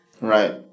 Right